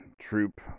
troop